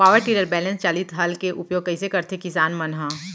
Power tiller बैलेंस चालित हल के उपयोग कइसे करथें किसान मन ह?